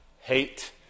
hate